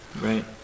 right